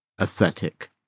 aesthetic